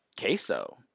queso